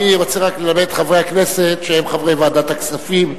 אני רוצה רק ללמד את חברי הכנסת שהם חברי ועדת הכספים,